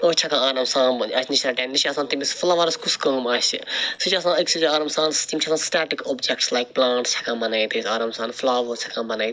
أسۍ چھِ ہیٚکان آرام سان بَنٲیِتھ اسہِ نِش نَہ چھُ آسان تٔمِس فلَوَرَس کُس کٲم آسہِ سُہ چھُ آسان أکسٕے جایہِ آرام سان تِم چھِ آسان سٹیٹِک اوٚبجیٚکٹٕس لایک پلانٛٹٕس ہیٚکان بَنٲیِتھ أسۍ آرام سان فٔلَوٲرٕس ہیٚکان بَنٲیِتھ